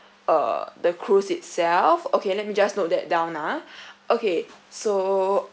uh the cruise itself okay let me just note that down ah okay so